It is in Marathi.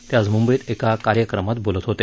ते आज म्ंबईत एका कार्यक्रमात बोलत होते